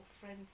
friend's